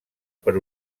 per